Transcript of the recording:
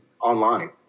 online